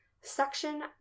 Section